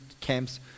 camps